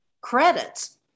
credits